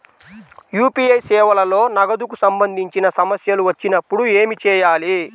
UPI సేవలలో నగదుకు సంబంధించిన సమస్యలు వచ్చినప్పుడు ఏమి చేయాలి?